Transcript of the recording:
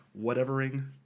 whatevering